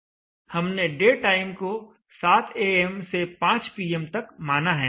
हमने day time को 700 AM am से 500 पीएम pm तक माना है